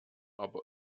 aber